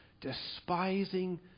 despising